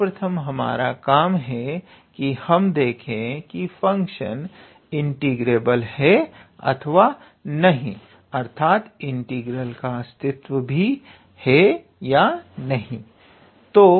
सर्वप्रथम हमारा काम है कि हम देखें की फंक्शन इंटीग्रेबल है अथवा नहीं अर्थात इंटीग्रल का अस्तित्व भी है या नहीं